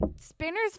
Spinner's